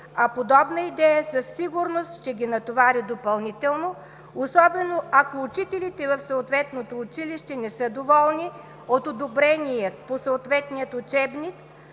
а подобна идея със сигурност ще ги натовари допълнително, особено ако учителите в съответното училище не са доволни от одобреният по съответният учебник